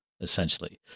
essentially